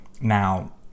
Now